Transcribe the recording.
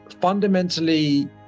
fundamentally